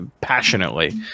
passionately